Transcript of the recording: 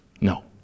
No